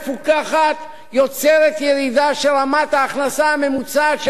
רמת ההכנסה הממוצעת של הישראלי גם אם היא לא נמדדת.